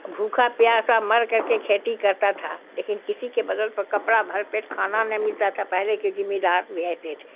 بھوکھا پیاسا مر کر کے کھیتی کرتا تھا لیکن کسی کے بدن پر کپڑا بھر پیٹ کھانا نہیں ملتا تھا پہلے کے زمہ دار بھی ایسے تھے